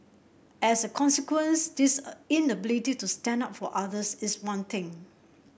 as a consequence this inability to stand up for others is one thing